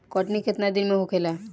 कटनी केतना दिन में होखेला?